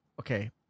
okay